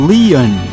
Leon